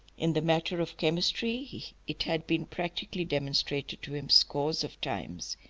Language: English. in the matter of chemistry it had been practically demonstrated to him scores of times,